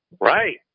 Right